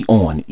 on